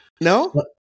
No